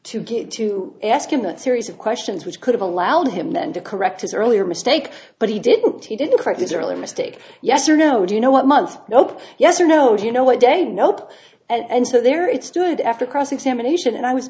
to get to ask him a series of questions which could have allowed him then to correct his earlier mistake but he didn't he didn't quite this early mistake yes or no do you know what month nope yes or no do you know what day nope and so there it stood after cross examination and i was